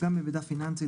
פגם במידע פיננסי,